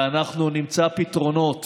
ואנחנו נמצא פתרונות